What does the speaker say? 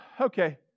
Okay